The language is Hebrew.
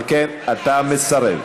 על כן, אתה מסרב.